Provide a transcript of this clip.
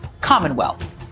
Commonwealth